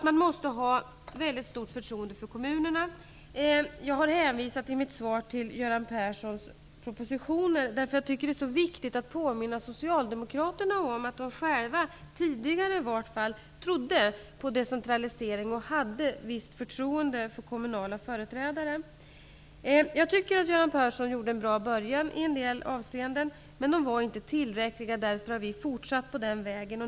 Man måste ha ett mycket stort förtroende för kommunerna. Jag har i mitt svar hänvisat till Göran Perssons propositioner, eftersom jag tycker det är viktigt att påminna socialdemokraterna om att de själva, i varje fall tidigare, trodde på decentralisering och hade visst förtroende för kommunala företrädare. Jag tycker att Göran Persson i en del avseenden gjorde en bra början, men det var inte tillräckligt. Vi har därför fortsatt på denna väg.